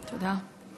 תודה.